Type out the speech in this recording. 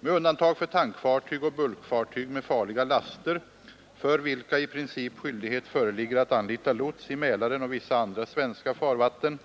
Med undantag för tankfartyg och bulkfartyg med farliga laster, för vilka i princip skyldighet föreligger att anlita lots i Mälaren och vissa andra svenska farvatten,